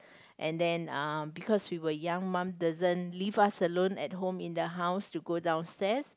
and then uh because we were young mum doesn't leave us alone at home in the house to go downstairs